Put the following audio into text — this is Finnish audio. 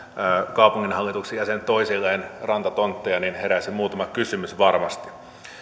kaupunginhallituksen jäsenet toisilleen rantatontteja niin heräisi muutama kysymys varmasti